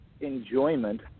enjoyment